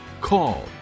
call